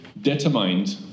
determined